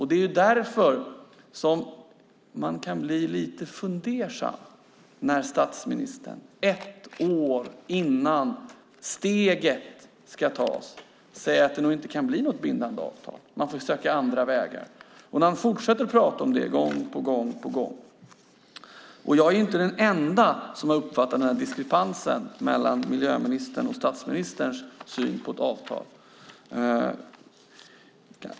Det är därför man kan bli lite fundersam när statsministern ett år innan steget ska tas säger att det nog inte kan bli något bindande avtal. Man får söka andra vägar. Han fortsätter att prata om det gång på gång. Jag är inte den ende som har uppfattat den här diskrepansen mellan miljöministerns och statsministerns syn på ett avtal.